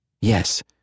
Yes